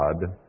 God